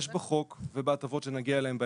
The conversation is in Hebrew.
יש בחוק ובהטבות שנגיע אליהן בהמשך,